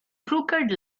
crooked